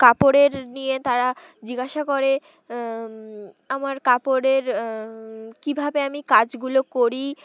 কাপড়ের নিয়ে তারা জিজ্ঞাসা করে আমার কাপড়ের কীভাবে আমি কাজগুলো করি